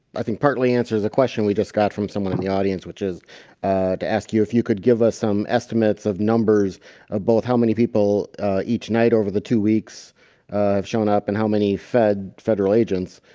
i think partly answers a question we just got from someone in the audience which is ah to ask you if you could give us some estimates of numbers of both how many people ah each night over the two weeks, ah have shown up and how many fed federal agents,